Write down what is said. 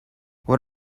what